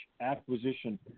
acquisition